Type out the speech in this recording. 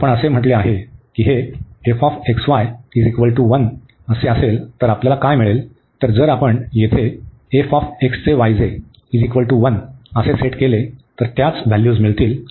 असे म्हटले आहे की हे 1 असेल तर आपल्याला काय मिळेल तर जर आपण येथे 1 असे सेट केले तर त्याच व्हॅल्यूज मिळतील